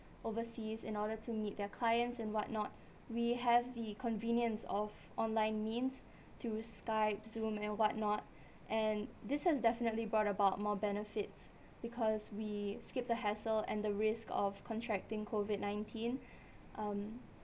overseas in order to meet their clients and what not we have the convenience of online means through Skype Zoom and what not and this has definitely brought about more benefits because we skip the hassle and the risk of contracting COVID nineteen um